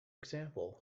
example